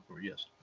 Yes